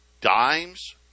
Dimes